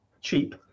cheap